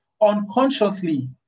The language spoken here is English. unconsciously